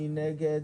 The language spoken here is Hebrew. מי נגד?